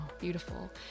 Beautiful